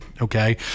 Okay